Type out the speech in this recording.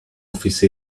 office